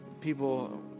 people